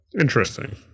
interesting